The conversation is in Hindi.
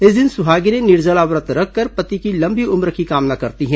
इस दिन सुहागिनें निर्जला व्रत रखकर पति की लंबी उम्र की कामना करती हैं